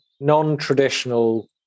non-traditional